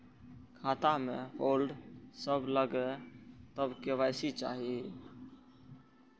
खाता में होल्ड सब लगे तब के.वाई.सी चाहि?